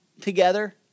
together